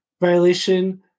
Violation